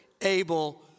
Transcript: able